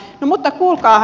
no mutta kuulkaahan